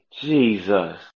Jesus